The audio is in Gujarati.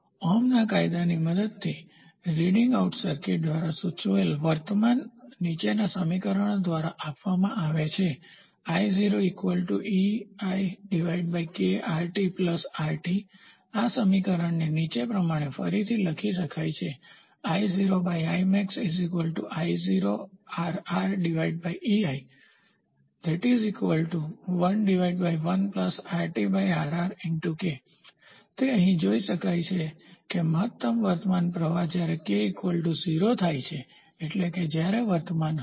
ઓહમના કાયદાની મદદથી રીડ આઉટ સર્કિટ દ્વારા સૂચવેલ વર્તમાન નીચેના સમીકરણ દ્વારા આપવામાં આવે છે આ સમીકરણ નીચે પ્રમાણે ફરીથી લખી શકાય છે તે અહીં જોઇ શકાય છે કે મહત્તમ વર્તમાન પ્રવાહ જ્યારે k 0 થાય છે એટલે કે જ્યારે વર્તમાન હશે